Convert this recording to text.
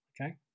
okay